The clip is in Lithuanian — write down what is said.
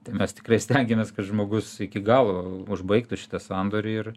tai mes tikrai stengiamės kad žmogus iki galo užbaigtų šitą sandorį ir